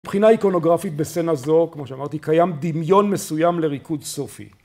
מבחינה איקונוגרפית בסצנה זו, כמו שאמרתי, קיים דמיון מסוים לריקוד סופי.